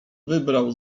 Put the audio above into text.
wybrał